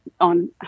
on